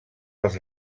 els